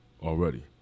already